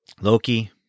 Loki